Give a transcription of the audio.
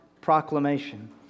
proclamation